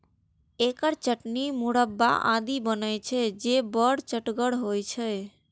एकर चटनी, मुरब्बा आदि बनै छै, जे बड़ चहटगर होइ छै